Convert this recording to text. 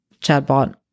chatbot